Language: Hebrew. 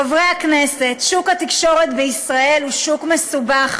חברי הכנסת, שוק התקשורת בישראל הוא שוק מסובך,